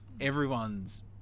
everyone's